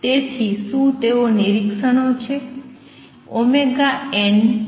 તેથી શું તેઓ નિરીક્ષણો છે